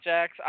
Jax